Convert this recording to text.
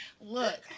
look